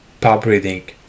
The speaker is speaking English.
pubreading